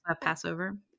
passover